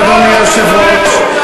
אדוני היושב-ראש,